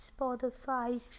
Spotify